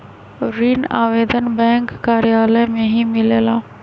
ऋण आवेदन बैंक कार्यालय मे ही मिलेला?